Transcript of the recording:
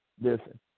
Listen